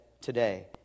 today